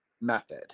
method